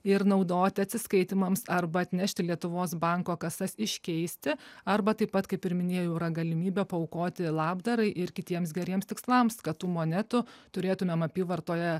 ir naudoti atsiskaitymams arba atnešt į lietuvos banko kasas iškeisti arba taip pat kaip ir minėjau yra galimybė paaukoti labdarai ir kitiems geriems tikslams kad tų monetų turėtumėm apyvartoje